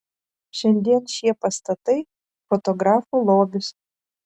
šiandien šie pastatai fotografų lobis